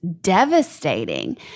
devastating